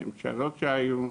הממשלות שהיו,